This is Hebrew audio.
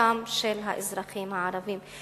מחלקם של האזרחים הערבים.